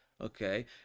okay